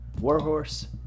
Warhorse